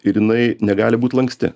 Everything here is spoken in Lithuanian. ir jinai negali būt lanksti